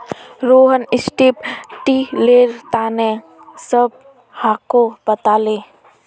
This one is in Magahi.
रोहन स्ट्रिप टिलेर तने सबहाको बताले